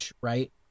right